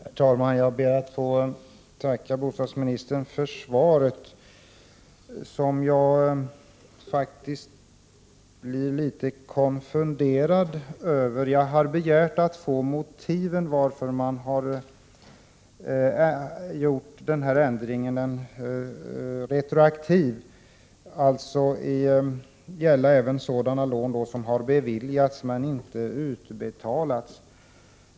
Herr talman! Jag ber att få tacka bostadsministern för svaret som jag faktiskt blev litet konfunderad över. Jag har begärt att få motiverat varför denna ändring har gjorts retroaktiv, dvs. ändringen skall gälla även för sådana lån som har beviljats men inte utbetalats.